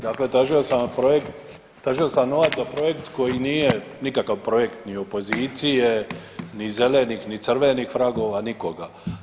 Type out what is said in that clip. Dakle, tražio sam projekt, tražio sam novac za projekt koji nije nikakav projekt ni opozicije, ni zelenih, ni crvenih vragova, nikoga.